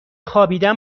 خوابیدن